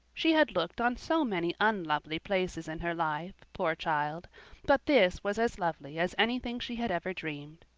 she had looked on so many unlovely places in her life, poor child but this was as lovely as anything she had ever dreamed.